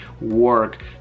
work